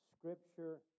scripture